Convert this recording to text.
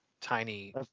Tiny